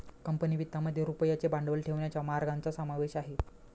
company वित्तामध्ये रुपयाचे भांडवल ठेवण्याच्या मार्गांचा समावेश आहे